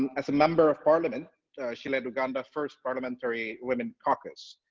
and as a member of parliament she lead uganda's first parliamentary women's caucus,